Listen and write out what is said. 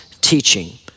teaching